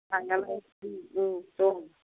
नायालाय उम उम दं